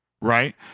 Right